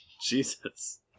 Jesus